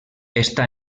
està